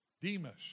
Demas